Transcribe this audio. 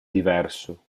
diverso